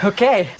Okay